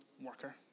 worker